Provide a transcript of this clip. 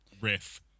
riff